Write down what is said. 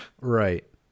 right